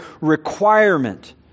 requirement